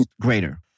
greater